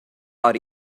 are